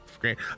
great